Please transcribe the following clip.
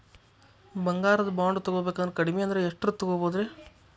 ಬಂಗಾರ ಬಾಂಡ್ ತೊಗೋಬೇಕಂದ್ರ ಕಡಮಿ ಅಂದ್ರ ಎಷ್ಟರದ್ ತೊಗೊಬೋದ್ರಿ?